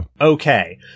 Okay